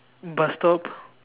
bus stop